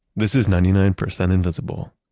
this is ninety nine percent invisible.